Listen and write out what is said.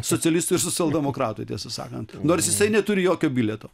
socialistų ir socialdemokratų tiesą sakant nors jisai neturi jokio bilieto